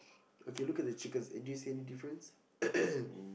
okay look at the chickens do you see any difference